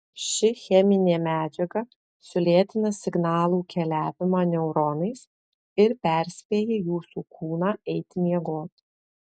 ši cheminė medžiaga sulėtina signalų keliavimą neuronais ir perspėja jūsų kūną eiti miegoti